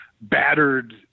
battered